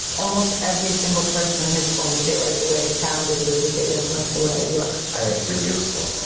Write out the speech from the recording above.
almost every single person has told me they like the way i sounded but that they didn't like the way i look i think you're beautiful